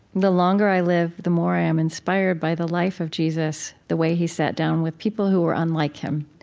the longer i live, the more i am inspired by the life of jesus, the way he sat down with people who were unlike him.